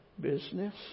business